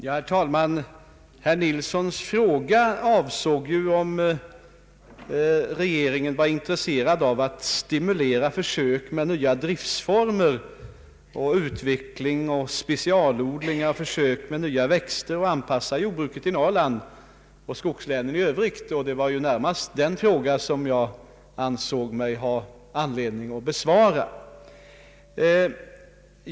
Herr talman! Herr Nils Nilssons fråga avsåg ju huruvida regeringen var intresserad av att stimulera försök med nya driftsformer och utvecklingen av specialodling av nya växter samt att anpassa jordbruket i Norrland och skogslänen i övrigt. Det var närmast denna fråga jag ansåg mig ha anledning besvara.